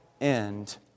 end